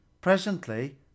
Presently